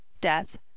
death